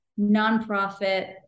nonprofit